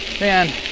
man